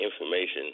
information